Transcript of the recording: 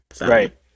right